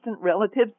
relatives